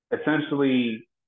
essentially